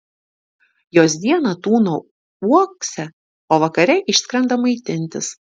jos dieną tūno uokse o vakare išskrenda maitintis